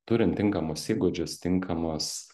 turint tinkamus įgūdžius tinkamus